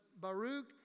Baruch